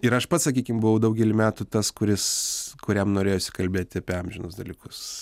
ir aš pats sakykim buvau daugelį metų tas kuris kuriam norėjosi kalbėti apie amžinus dalykus